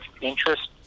interest